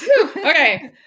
okay